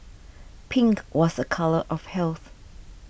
pink was a colour of health